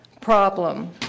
problem